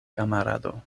kamarado